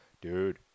dude